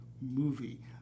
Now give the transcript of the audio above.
movie